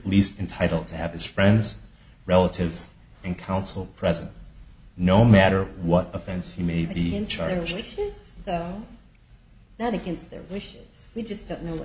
least entitled to have his friends relatives and counsel present no matter what offense he may be in charge of that against their wish we just don't know